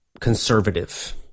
conservative